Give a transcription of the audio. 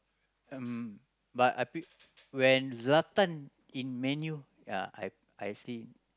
um but I pre~ when Zlatan in Man-U ya I I see